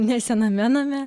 ne sename name